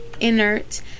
inert